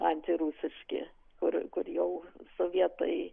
antirusiški kur kur jau sovietai